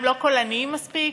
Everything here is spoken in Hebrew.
הם לא קולניים מספיק?